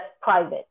private